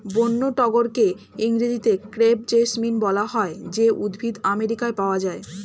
বন্য টগরকে ইংরেজিতে ক্রেপ জেসমিন বলা হয় যে উদ্ভিদ আমেরিকায় পাওয়া যায়